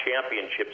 championships